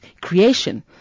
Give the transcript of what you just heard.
creation